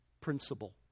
principle